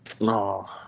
No